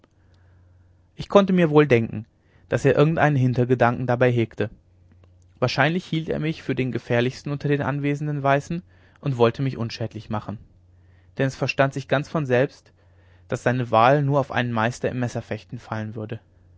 ich konnte mir wohl denken daß er irgend einen hintergedanken dabei hegte wahrscheinlich hielt er mich für den gefährlichsten unter den anwesenden weißen und wollte mich unschädlich machen denn es verstand sich ganz von selbst daß seine wahl nur auf einen meister im messerfechten fallen würde